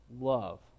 love